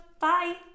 bye